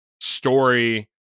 story